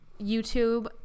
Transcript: YouTube